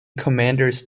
commanders